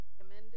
amended